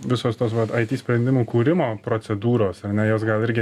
visos tos vat aity sprendimų kūrimo procedūros ar ne jos gal irgi